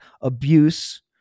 abuse